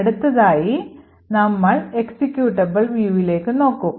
അടുത്തതായി നമ്മൾ എക്സിക്യൂട്ടബിൾ viewലേക്ക് നോക്കും